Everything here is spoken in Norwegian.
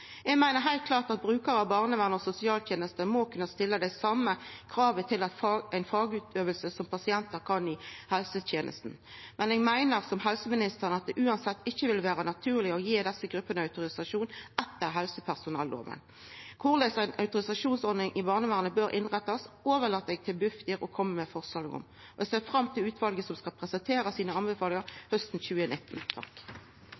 Eg meiner heilt klart at brukarar av barnevern og sosialtenester må kunna stilla dei same krava til fagutøving som pasientar i helsetenesta kan. Men eg meiner, som helseministeren, at det uansett ikkje vil vera naturleg å gi desse gruppene autorisasjon etter helsepersonellova. Korleis ei autorisasjonsordning i barnevernet bør innrettast, overlèt eg til Bufdir å koma med forslag om. Eg ser fram til utvalet som skal presentera anbefalingane sine